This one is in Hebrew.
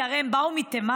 כי הרי הם באו מתימן.